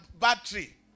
battery